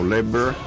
Labor